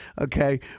Okay